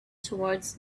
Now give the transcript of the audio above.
towards